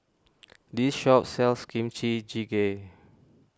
this shop sells Kimchi Jjigae